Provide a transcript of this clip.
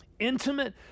intimate